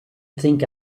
think